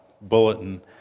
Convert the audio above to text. bulletin